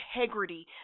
integrity